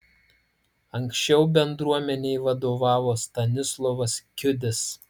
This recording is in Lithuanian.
anksčiau bendruomenei vadovavo stanislovas kiudis